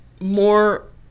more